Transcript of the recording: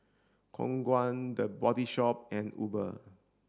Khong Guan The Body Shop and Uber